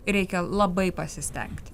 reikia labai pasistengti